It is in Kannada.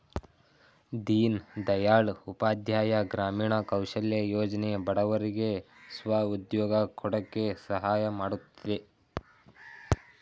ದೀನ್ ದಯಾಳ್ ಉಪಾಧ್ಯಾಯ ಗ್ರಾಮೀಣ ಕೌಶಲ್ಯ ಯೋಜನೆ ಬಡವರಿಗೆ ಸ್ವ ಉದ್ಯೋಗ ಕೊಡಕೆ ಸಹಾಯ ಮಾಡುತ್ತಿದೆ